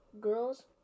Girls